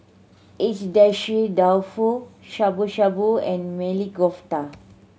Agedashi Dofu Shabu Shabu and Maili Kofta